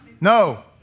No